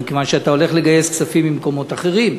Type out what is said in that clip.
משום שאתה הולך לגייס כספים ממקומות אחרים,